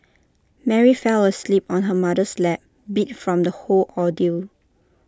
Mary fell asleep on her mother's lap beat from the whole ordeal